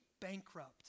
bankrupt